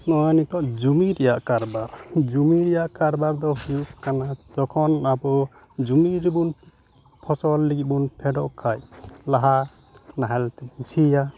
ᱱᱚᱣᱟ ᱱᱤᱛᱚᱜ ᱡᱚᱢᱤ ᱨᱮᱭᱟᱜ ᱠᱟᱨᱵᱟᱨ ᱡᱚᱢᱤ ᱨᱮᱭᱟᱜ ᱠᱟᱨᱵᱟᱨᱫᱚ ᱦᱩᱭᱩᱜ ᱠᱟᱱᱟ ᱡᱚᱠᱷᱚᱱ ᱟᱵᱚ ᱡᱚᱢᱤᱨᱮ ᱵᱚᱱ ᱯᱷᱚᱥᱚᱞ ᱞᱟᱹᱜᱤᱫᱵᱚᱱ ᱯᱷᱮᱰᱚᱜ ᱠᱷᱟᱱ ᱞᱟᱦᱟ ᱱᱟᱦᱮᱞᱛᱮ ᱠᱚ ᱥᱤᱭᱟ